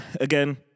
again